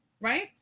right